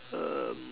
um